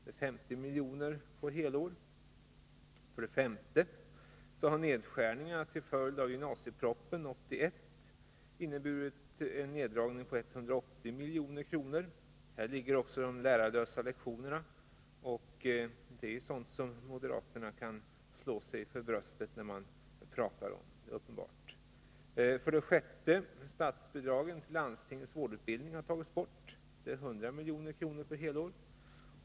Det ger 50 miljoner på helår. För det femte har nedskärningar till följd av gymnasiepropositionen 1981 inneburit en neddragning på 180 milj.kr. Häri ligger också de lärarlösa lektionerna — och det är uppenbarligen när de talar om sådant som moderaterna slår sig för bröstet. För det sjätte har statsbidragen till landstingens vårdutbildning tagits bort, vilket gör 100 milj.kr. per helår.